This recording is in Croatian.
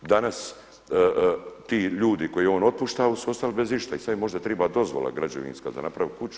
Danas ti ljude koje je on otpuštao su ostali bez išta i sada im možda treba dozvola građevinska da naprave kuće.